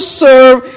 serve